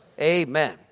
Amen